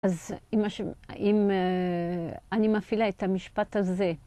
אז אם אני מפעילה את המשפט הזה